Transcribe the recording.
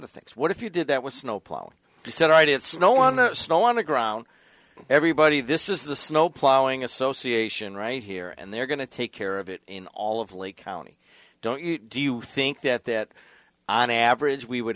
of things what if you did that with snowplow you said i did it snow on the snow on the ground everybody this is the snow plowing association right here and they're going to take care of it in all of lake county don't you do you think that that on average we would